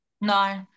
No